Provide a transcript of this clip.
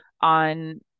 on